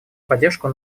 поддержку